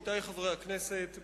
עמיתי חברי הכנסת,